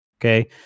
Okay